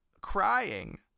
crying